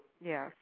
Yes